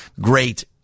great